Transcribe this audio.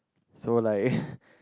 so like